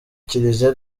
kiliziya